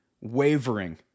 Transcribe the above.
wavering